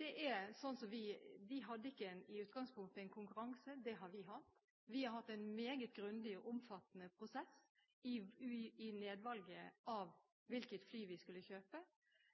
Canada hadde ikke i utgangspunktet en konkurranse – det har vi hatt. Vi har hatt en meget grundig og omfattende prosess rundt valget av hvilket fly vi skulle kjøpe. Det at Canada har satt på vent, eller ikke har gått til bestilling av,